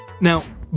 Now